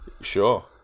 Sure